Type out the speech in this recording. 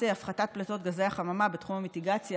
הפחתת פליטות גזי החממה בתחום המיטיגציה,